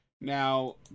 Now